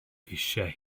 eisiau